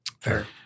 Fair